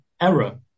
error